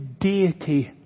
deity